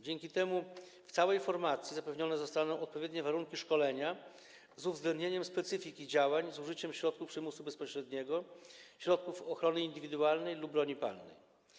Dzięki temu w całej formacji zapewnione zostaną odpowiednie warunki szkolenia z uwzględnieniem specyfiki działań z użyciem środków przymusu bezpośredniego, środków ochrony indywidualnej lub broni palnej.